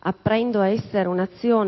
apprendo essere